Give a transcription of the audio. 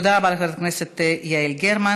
תודה רבה לחברת הכנסת יעל גרמן.